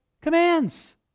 commands